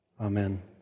Amen